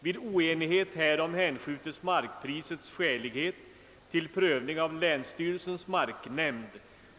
Vid oenighet härom hänskjutes markprisets skälighet till prövning av länsstyrelsens marknämnd.